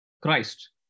Christ